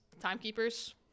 timekeepers